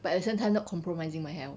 but at the same time not compromising my health